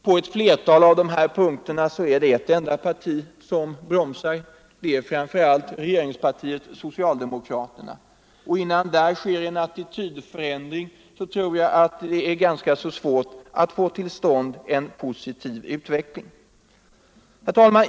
På ett flertal av de här punkterna är det ett enda parti som bromsar — socialdemokraterna. Innan där sker en attitydförändring är det, tror jag, svårt att få till stånd en positiv utveckling.